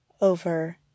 over